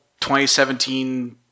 2017